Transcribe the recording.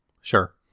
Sure